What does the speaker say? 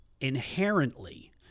inherently